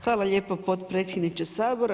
Hvala lijepo potpredsjedniče Sabora.